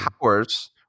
powers